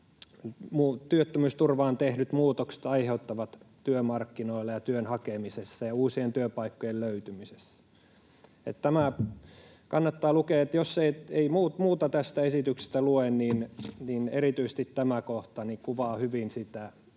työttömyysturvaan tehdyt muutokset aiheuttavat työmarkkinoilla ja työn hakemisessa ja uusien työpaikkojen löytymisessä. Tämä kannattaa lukea. Jos ei muuta tästä esityksestä lue, niin erityisesti tämä kohta kuvaa hyvin sitä,